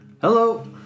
hello